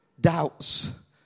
doubts